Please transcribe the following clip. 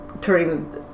turning